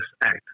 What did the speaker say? act